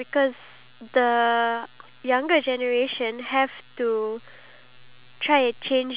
like because of the fact that we need to cater to these elderly then